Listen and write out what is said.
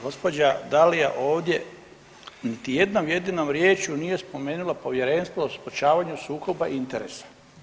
Gospođa Dalija ovdje niti jednom jedinom riječju nije spomenula Povjerenstvo o sprječavanju sukoba interesa.